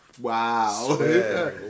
wow